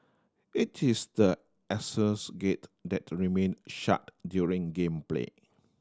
it is the aisles gate that remain shut during game play